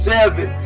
Seven